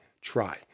Try